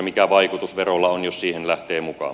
mikä vaikutus verolla on jos siihen lähtee mukaan